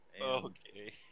Okay